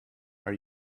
are